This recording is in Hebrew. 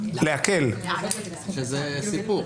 שזה סיפור.